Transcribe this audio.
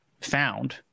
found